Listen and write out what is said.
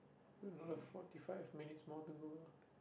we've got another forty five minutes more to go